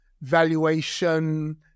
valuation